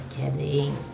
kidding